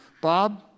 Bob